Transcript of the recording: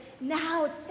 Now